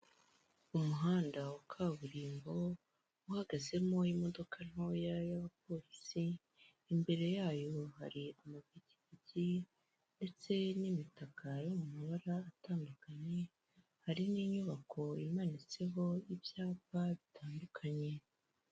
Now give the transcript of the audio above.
Umuhanda wa kaburimbo uhagazemo imodoka ntoya y'abapolisi, imbere yayo hari amapikipiki ndetse n'imitaka yo mu mabara atandukanye hari n'inyubako imanitseho ibyapa bitandukanye.